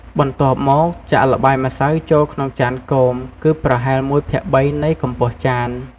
បន្ទាប់មក ចាក់ល្បាយម្សៅចូលក្នុងចានគោម គឺប្រហែល ១ភាគ៣ នៃកម្ពស់ចាន។